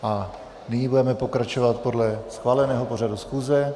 A nyní budeme pokračovat podle schváleného pořadu schůze.